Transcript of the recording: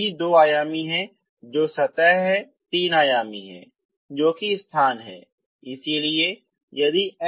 ये सभी दो आयामी हैं जो सतह है तीन आयामी हैं जो की स्थान है